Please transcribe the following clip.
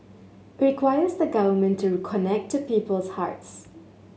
it requires the Government to connect to people's hearts